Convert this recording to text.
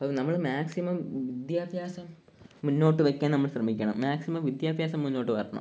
അപ്പം നമ്മൾ മാക്സിമം വിദ്യാഭ്യാസം മുന്നോട്ട് വയ്ക്കാൻ നമ്മൾ ശ്രമിക്കണം മാക്സിമം വിദ്യാഭ്യാസം മുന്നോട്ട് വരണം